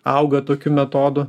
auga tokiu metodu